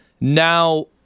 Now